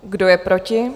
Kdo je proti?